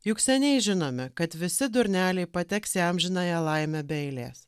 juk seniai žinome kad visi durneliai pateks į amžinąją laimę be eilės